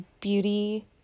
beauty